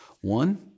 One